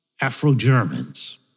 Afro-Germans